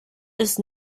ist